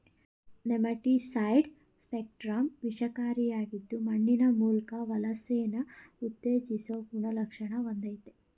nematicide spectrum ವಿಷಕಾರಿಯಾಗಿದ್ದು ಮಣ್ಣಿನ ಮೂಲ್ಕ ವಲಸೆನ ಉತ್ತೇಜಿಸೊ ಗುಣಲಕ್ಷಣ ಹೊಂದಯ್ತೆ